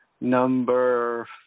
number